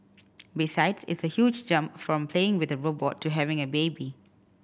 besides it's a huge jump from playing with a robot to having a baby